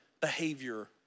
behavior